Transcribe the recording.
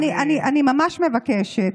אני ממש מבקשת.